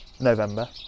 November